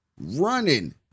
Running